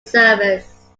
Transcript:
service